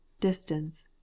distance